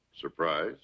Surprise